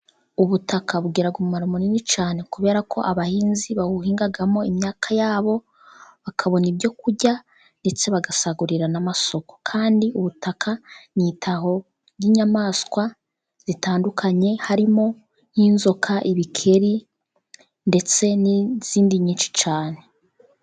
Ubutaka bugira akamaro kanini cyane, kubera ko abahinzi bawuhingamo imyaka yabo, bakabona ibyo kurya, ndetse bagasagurira n'amasoko. Kandi ubutaka ni itaho ry'inyamaswa zitandukanye, harimo nk'inzoka, ibikeri ndetse n'izindi nyinshi cyane.